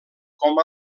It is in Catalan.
com